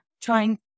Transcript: Trying